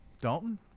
Dalton